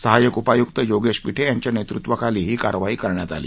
सहाय्यक उपायुक्त योगेश पीठे यांच्या नेतृत्वाखाली ही कारवाई करण्यात आली